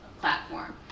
platform